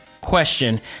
question